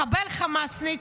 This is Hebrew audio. מחבל חמאסניק,